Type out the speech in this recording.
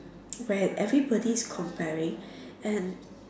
where everybody's comparing and